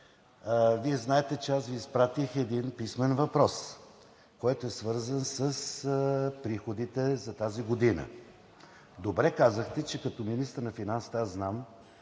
Вие знаете, че Ви изпратих писмен въпрос, който е свързан с приходите за тази година. Добре казахте, че като министър на финансите знам,